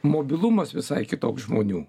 mobilumas visai kitoks žmonių